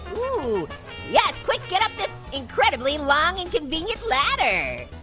ooh yeah quick get up this incredibly long and convenient ladder.